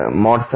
sin x